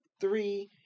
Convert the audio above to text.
three